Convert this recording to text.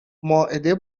مائده